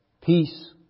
Peace